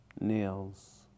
Nails